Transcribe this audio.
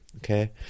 Okay